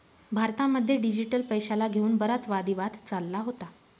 भारतामध्ये डिजिटल पैशाला घेऊन बराच वादी वाद चालला होता